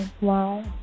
wow